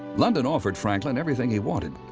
london offered franklin everything he wanted.